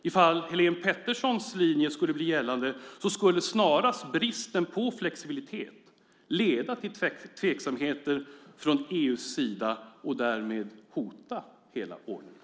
Ifall Helene Peterssons linje blev gällande skulle bristen på flexibilitet snarare leda till tveksamheter från EU:s sida och därmed hota hela ordningen.